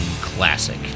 classic